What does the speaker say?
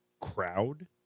crowd